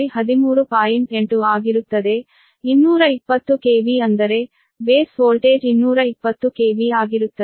8 ಆಗಿರುತ್ತದೆ 220 KV ಅಂದರೆ base voltage 220 KV ಆಗಿರುತ್ತದೆ